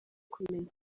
kumenya